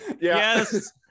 Yes